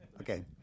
Okay